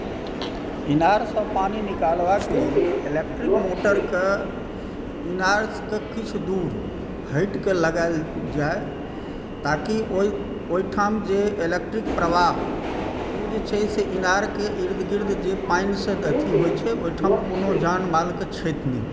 इनारसँ पानी निकालबाक लेल इलेक्ट्रिक मोटरके इनारके किछु दूर हटिके लगाएल जाइ ताकि ओहिठाम जे इलेक्ट्रिक प्रवाह ओ जे छै से इनारके इर्द गिर्द जे पानिसँ अथी होइ छै ओहिठाम कोनो जान मालके क्षति नहि होइ